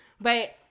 But-